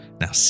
now